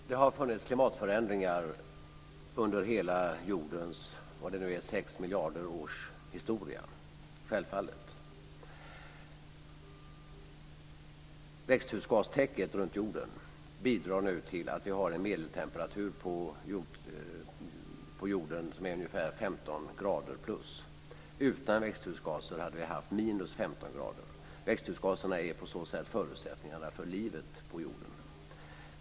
Fru talman! Det har självfallet funnits klimatförändringar under jordens hela sex miljarder år långa historia. Växthusgastäcket runt jorden bidrar nu till att vi har en medeltemperatur på jorden på ungefär +15 °C. Utan växthusgaser hade vi haft 15 °C. Växthusgaserna är på så sätt en förutsättning för livet på jorden.